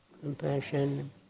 compassion